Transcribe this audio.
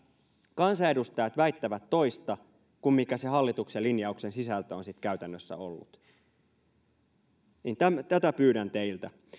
kansanedustajat väittävät toista kuin mikä hallituksen linjauksen sisältö on sitten käytännössä ollut tätä pyydän teiltä